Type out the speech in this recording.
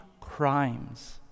crimes